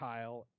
Kyle